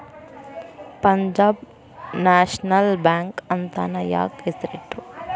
Punjab national bank ಅಂತನ ಯಾಕ್ ಹೆಸ್ರಿಟ್ರು?